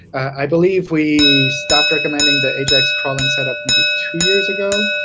i believe we stopped recommending the ajax crawling setup maybe two years ago.